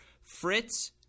Fritz